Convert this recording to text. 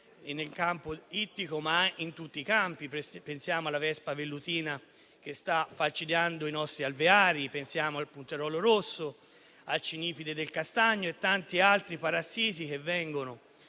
quello ittico ma in tutti i campi. Pensiamo alla vespa velutina, che sta falcidiando i nostri alveari, al punteruolo rosso, al cinipide del castagno e a tanti altri parassiti che arrivano